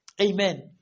Amen